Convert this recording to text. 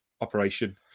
operation